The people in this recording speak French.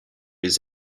les